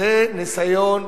זה ניסיון